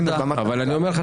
בעיניי,